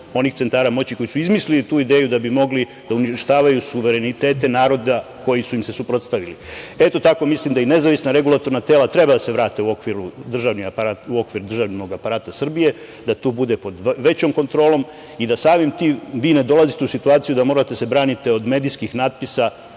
onih centara moći koji su izmislili tu ideju da bi mogli da uništavaju suverenitete naroda koji su im se suprotstavili. Eto tako mislim da i nezavisna regulatorna tela treba da se vrate u okvir državnog aparata Srbije, da tu bude većom kontrolom i da samim tim vi ne dolazite u situaciju da morate da se branite od medijskih natpisa